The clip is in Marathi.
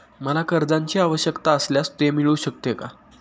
मला कर्जांची आवश्यकता असल्यास ते मिळू शकते का?